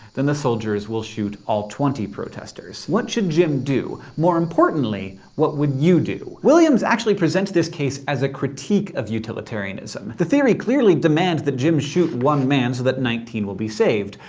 then the soldiers will shoot all twenty protesters. what should jim do? more importantly, what would you do? williams actually presents this case as a critique of utilitarianism. the theory clearly demands that jim shoot one man so that nineteen will be saved.